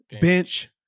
bench